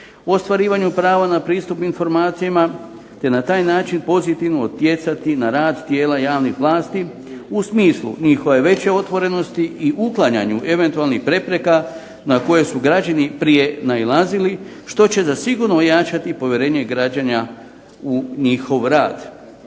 ostvarivanju prava na pristup informacijama te na taj način pozitivno utjecati na rad tijela javnih vlasti u smislu njihove veće otvorenosti i uklanjanju eventualnih prepreka na koje su građani prije nailazili što će zasigurno ojačati povjerenje građana u njihov rad.